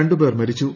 രണ്ട് പേർ മരിച്ചു